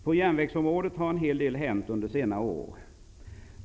På järnvägsområdet har en hel del hänt under senare år.